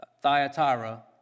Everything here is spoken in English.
Thyatira